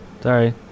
Sorry